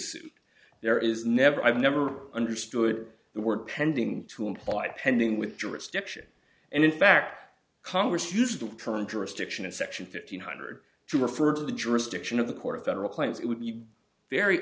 suit there is never i've never understood the word pending to imply pending with jurisdiction and in fact congress used the term jurisdiction in section fifteen hundred two referred to the jurisdiction of the court of federal claims it would be very